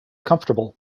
comfortable